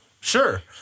Sure